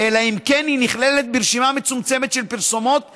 אלא אם כן היא נכללת ברשימה מצומצמת של פרסומות מותרות.